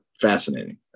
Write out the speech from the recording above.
fascinating